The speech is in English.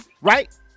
Right